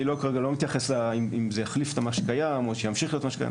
אני כרגע לא מתייחס אם זה יחליף את מה שקיים או שימשיך להיות מה שקיים.